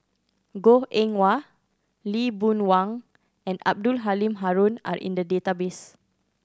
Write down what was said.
Goh Eng Wah Lee Boon Wang and Abdul Halim Haron are in the database